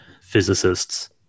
physicists